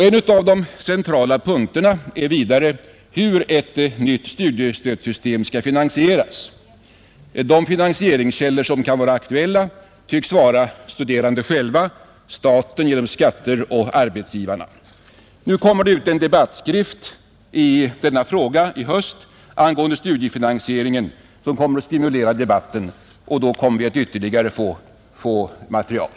En av de centrala punkterna är vidare hur ett nytt studiestödssystem skall finansieras, De finansieringskällor som kan vara aktuella tycks vara de studerande själva, staten — genom skatterna — och arbetsgivarna, Nu kommer i höst ut en debattskrift angående studiefinansieringen, som kommer att stimulera debatten. Då kommer vi att få ytterligare material.